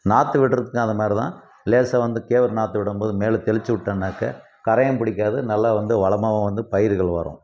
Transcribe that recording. நாற்று விடுறதுக்கும் அது மாதிரிதான் லேசாக வந்து கேவரு நாற்று விடும்போது மேலே தெளிச்சு விட்டோம்னாக்கா கரையான் பிடிக்காது நல்லா வந்து வளமாகவும் வந்து பயிர்கள் வளரும்